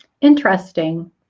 Interesting